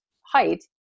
height